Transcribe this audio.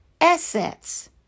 Assets